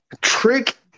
Trick